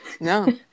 No